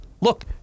look